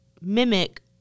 mimic